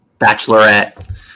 bachelorette